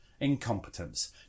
incompetence